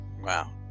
Wow